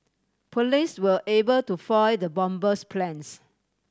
police were able to foil the bomber's plans